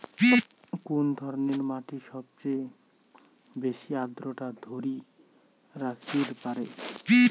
কুন ধরনের মাটি সবচেয়ে বেশি আর্দ্রতা ধরি রাখিবার পারে?